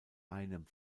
einem